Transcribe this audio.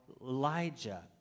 Elijah